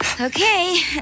Okay